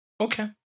Okay